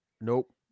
Nope